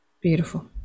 Beautiful